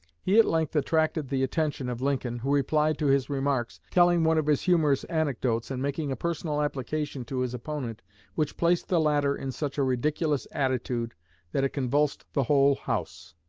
he at length attracted the attention of lincoln, who replied to his remarks, telling one of his humorous anecdotes and making a personal application to his opponent which placed the latter in such a ridiculous attitude that it convulsed the whole house.